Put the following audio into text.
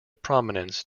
prominence